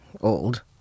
old